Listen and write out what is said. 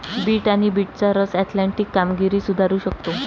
bit आणि बीटचा रस ऍथलेटिक कामगिरी सुधारू शकतो